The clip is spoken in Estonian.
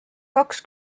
kaks